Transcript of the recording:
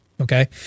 okay